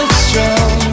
strong